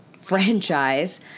franchise